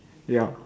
ya